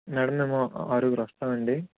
madam మేము ఆరుగురు వస్తామండి